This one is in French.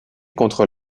contre